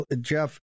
Jeff